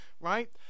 right